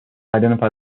identify